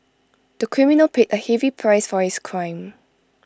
the criminal paid A heavy price for his crime